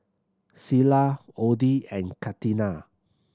Cilla Odie and Catina